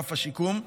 אגף השיקום.